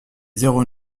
zéro